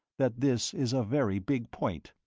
that this is a very big point.